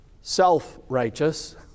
self-righteous